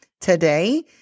today